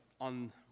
on